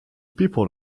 people